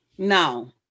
No